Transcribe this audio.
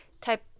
type